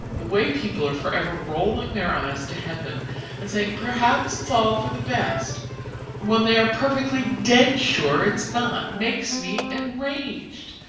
the way people are for ever rolling their eyes to heaven and saying, perhaps it's all for the best when they are perfectly dead sure it's not, makes me enraged.